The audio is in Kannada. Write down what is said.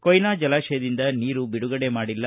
ಕೋಯ್ನಾ ಜಲಾತಯದಿಂದ ನೀರು ಬಿಡುಗಡೆ ಮಾಡಿಲ್ಲ